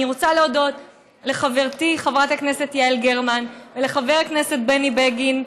אני רוצה להודות לחברתי חברת הכנסת יעל גרמן ולחבר הכנסת בני בגין,